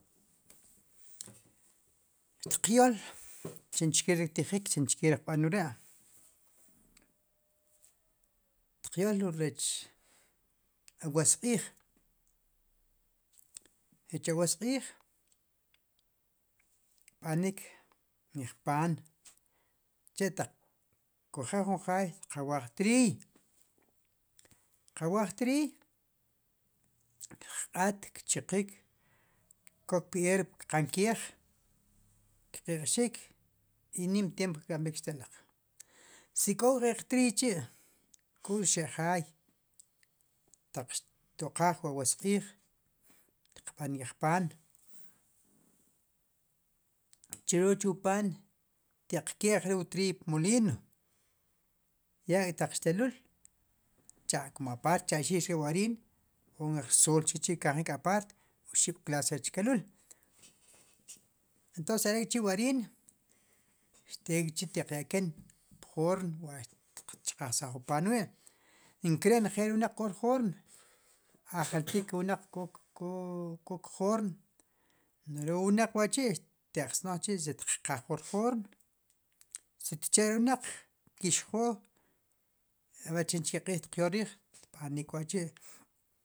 Tqyol chinchke ktijik chinchke riqb'an wre tqyol wu rech awaq'ij rech awaq'ij kb'anik nk'aj pan chetaq kojel jun jay qawaj triy qawaj triy q'at kchiqik kok pe'r pkqan kej kq'iqxik nim tiemp kerk'amik xtelaq si kokre qtriy chi kul xejaj tat xtuqaj wu awasq'ij xqb'an nk'ej pan chre wu pan teq kej re wu triy pmolin yak' taq xtelul komo apart tchaxix re wu arin ko nk'ej rsolchichi xkanjik apart uxib'klas chre kelul entos arekchi wu arin tekchi teq yaken pjonr wat tqchqensaj wu pan nkare njel re wna'q kjo rjon ajaltil ke wna'q k'o k'o kjorn re wu wna'q wa chi teq tz'ojchi si teqja'j wurjon si tchare wna'qw chixjo aver chichike q'ij tyol rij tb'anik wachi